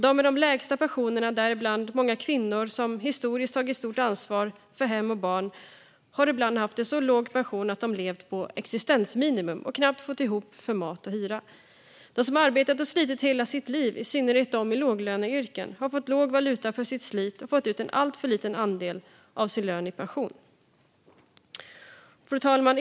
De med de längsta pensionerna - däribland många kvinnor, som historiskt har tagit stort ansvar för hem och barn - har ibland haft en så låg pension att de har levt på existensminimum och knappt fått ihop till mat och hyra. De som arbetat och slitit hela sitt liv, i synnerhet människor i låglöneyrken, har fått dålig valuta för sitt slit och fått ut en alltför liten andel av sin lön i pension. Fru talman!